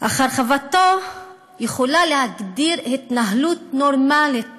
אך הרחבתו יכולה להגדיר התנהלות נורמלית